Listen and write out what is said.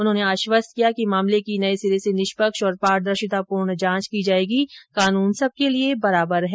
उन्होंने आश्वस्त किया कि मामले की नये सिरे से निष्पक्ष और पारदर्शितापूर्ण जांच की जाएगी कानून सबके लिए बराबर है